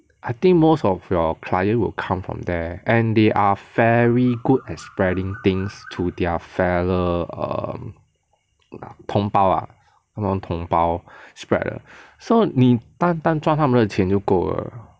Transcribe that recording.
I think most of your client will come from there and they are very good at spreading things to their fellow um 同胞 ah 同胞 spread 的 so 你单单赚他们的钱就够了